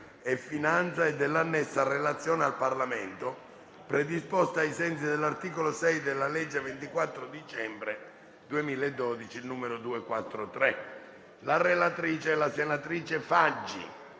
n. 4, e dell'annessa Relazione al Parlamento predisposta ai sensi dell'articolo 6 della legge 24 dicembre 2012, n. 243. I relatori, senatori Faggi